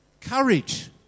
Courage